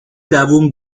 دووم